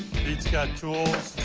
pete's got tools.